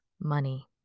money